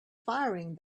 firing